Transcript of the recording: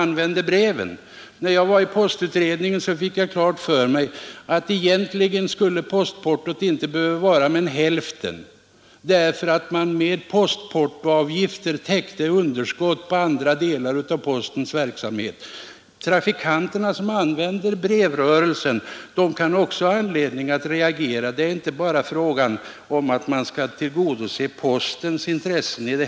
När jag satt med i postutredningen fick jag helt klart för mig att postportot inte skulle behöva vara mer än hälften så högt som det var r också nu så högt därför att man med postportoavgifter täcker underskott på andra delar av postens verksamhet. De som använder sig av postservicen kan också ha anledning att reagera. I detta fall är det inte bara fråga om att tillgodose postens intressen.